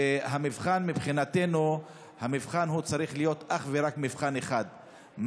המבחן מבחינתנו צריך להיות אך ורק מבחן אחד: